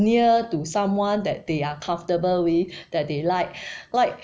near to someone that they are comfortable way that they like like